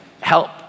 help